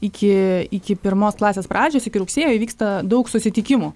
iki pirmos klasės pradžios iki rugsėjo įvyksta daug susitikimų